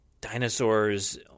dinosaurs